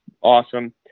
awesome